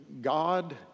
God